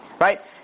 right